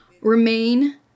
remain